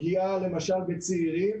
פגיעה למשל בצעירים.